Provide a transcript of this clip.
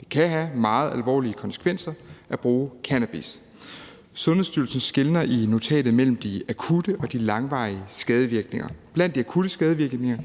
Det kan have meget alvorlige konsekvenser at bruge cannabis. Sundhedsstyrelsen skelner i notatet mellem de akutte og de langvarige skadevirkninger. Blandt de akutte skadevirkninger